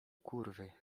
kurwy